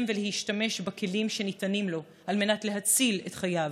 ולהשתמש בכלים שניתנים לו על מנת להציל את חייו,